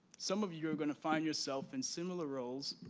some of you are going to find yourself in similar roles,